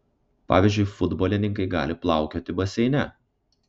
pavyzdžiui futbolininkai gali plaukioti baseine